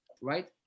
right